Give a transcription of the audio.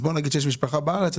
אז בוא נגיד שיש משפחה בארץ,